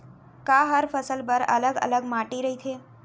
का हर फसल बर अलग अलग माटी रहिथे?